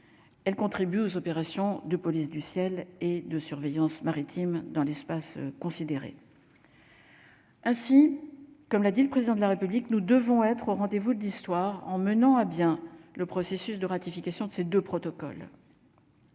elle contribue aux opérations de police du ciel et de surveillance maritime dans l'espace considéré. Ainsi, comme l'a dit le président de la République, nous devons être au rendez-vous de l'histoire en menant à bien le processus de ratification de ces 2 protocole.